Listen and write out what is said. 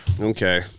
Okay